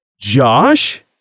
josh